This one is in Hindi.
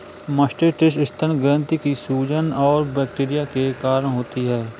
मास्टिटिस स्तन ग्रंथि की सूजन है और बैक्टीरिया के कारण होती है